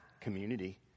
community